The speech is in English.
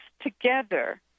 together